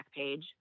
Backpage